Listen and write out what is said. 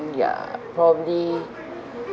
ya probably